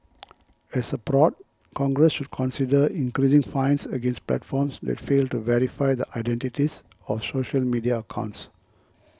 as a prod Congress should consider increasing fines against platforms that fail to verify the identities of social media accounts